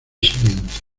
siguiente